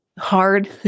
hard